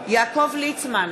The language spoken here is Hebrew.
יעקב ליצמן,